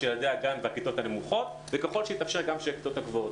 ילדי הגן והכיתות הנמוכות וככל שאפשר גם הכיתות הגבוהות.